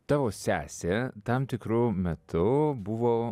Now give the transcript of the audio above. tavo sesė tam tikru metu buvo